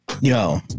Yo